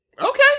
Okay